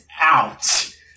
out